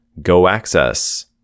GoAccess